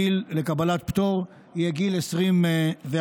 הגיל לקבלת פטור יהיה גיל 21,